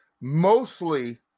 Mostly